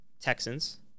Texans